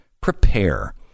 prepare